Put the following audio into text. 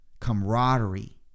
camaraderie